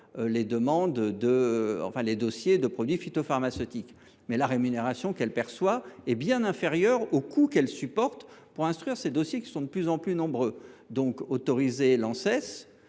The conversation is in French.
les dossiers d’AMM de produits phytopharmaceutiques. Or la rémunération qu’elle perçoit est bien inférieure aux coûts qu’elle supporte pour instruire ces dossiers, de plus en plus nombreux. Vous pourriez donc